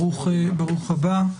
ברוך הבא.